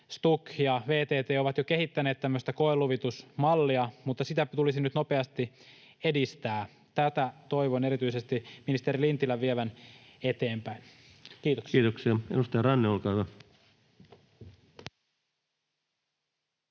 STUK ja VTT ovat jo kehittäneet tämmöistä koeluvitusmallia, mutta sitä tulisi nyt nopeasti edistää. Tätä toivon erityisesti ministeri Lintilän vievän eteenpäin. — Kiitos. [Speech 114] Speaker: